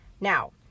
Now